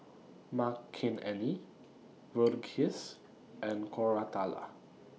Makineni Verghese and Koratala